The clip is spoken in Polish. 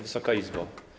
Wysoka Izbo!